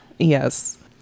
Yes